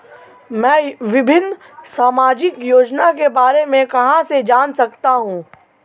मैं विभिन्न सामाजिक योजनाओं के बारे में कहां से जान सकता हूं?